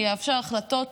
שיאפשר החלטות